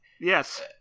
Yes